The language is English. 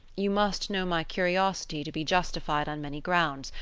you must know my curiosity to be justified on many grounds.